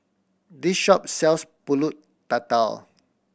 this shop sells Pulut Tatal